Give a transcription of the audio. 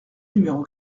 numéro